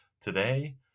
Today